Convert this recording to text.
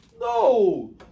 No